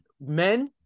men